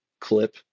clip